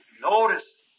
Notice